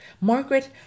Margaret